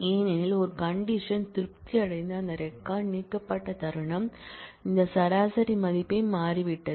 ஏனெனில் ஒரு கண்டிஷன் திருப்தி அடைந்து அந்த ரெக்கார்ட் நீக்கப்பட்ட தருணம் இந்த சராசரி மதிப்பே மாறிவிட்டது